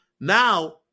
now